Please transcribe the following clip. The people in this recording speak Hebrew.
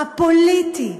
הפוליטי,